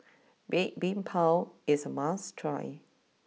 Red Bean Bao is a must try